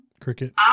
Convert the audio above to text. Cricket